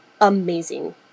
amazing